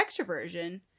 extroversion